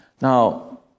Now